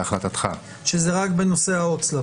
שזה רק בנושא ההוצאה לפועל.